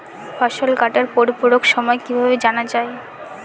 ফসল কাটার পরিপূরক সময় কিভাবে জানা যায়?